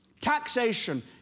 taxation